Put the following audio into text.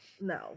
no